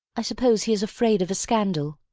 i suppose he is afraid of a scandal.